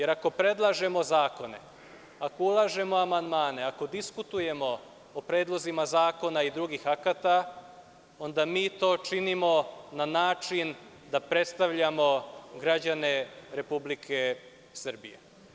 Ako predlažemo zakone, ako ulažemo amandmane, ako diskutujemo o predlozima zakona i drugih akata, onda mi to činimo na način da predstavljamo građane Republike Srbije.